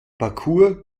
parkour